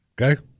okay